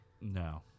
No